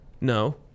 no